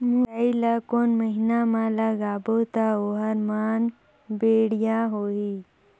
मुरई ला कोन महीना मा लगाबो ता ओहार मान बेडिया होही?